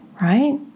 right